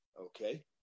Okay